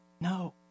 no